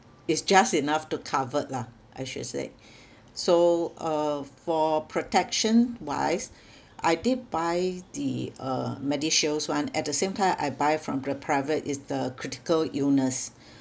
it's just enough to covered lah I should say so uh for protection wise I did buy the uh medishields one at the same time I buy from the private is the critical illness